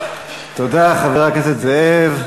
תודה, חבר הכנסת זאב.